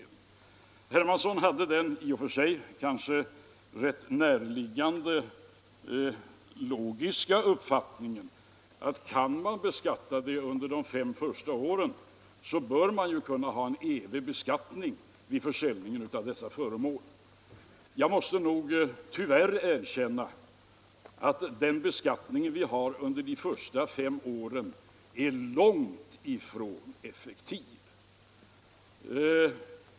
Herr Hermansson hade den kanske i och för sig rätt närliggande logiska uppfattningen att kan man beskatta sådant här under de fem första åren bör man ju kunna ha en evig beskattning vid försäljningen av dessa föremål. Jag måste nog tyvärr erkänna att den beskattning vi har under de första fem åren är långt ifrån effektiv.